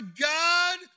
God